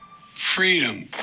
Freedom